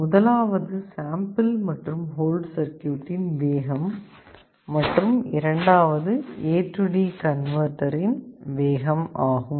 முதலாவது சாம்பிள் மற்றும் ஹோல்ட் சர்க்யூட்டின் வேகம் மற்றும் இரண்டாவது AD கன்வர்ட்டரின் வேகம் ஆகும்